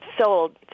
sold